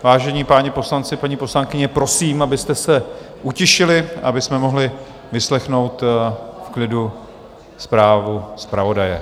Vážení páni poslanci, paní poslankyně, prosím, abyste se utišili, abychom mohli vyslechnout v klidu zprávu zpravodaje.